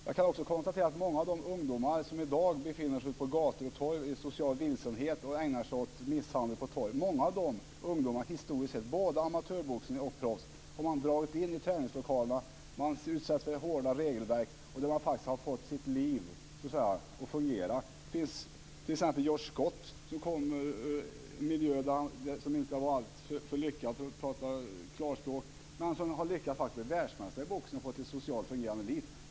Jag kan också konstatera att många av de ungdomar som i social vilsenhet befinner sig på gator och torg och ägnar sig åt misshandel historiskt sett har dragits in i träningslokalerna och utsatts för hårda regelverk. Det gäller både amatörboxning och proffs. De har faktiskt fått sitt liv att fungera. Vi har t.ex. George Scott som kommer från en miljö som inte var alltför lyckad, för att prata klarspråk, men som har lyckats bli världsmästare i boxning och fått ett socialt fungerande liv.